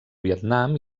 vietnam